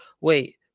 wait